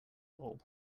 bulb